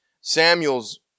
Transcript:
Samuel's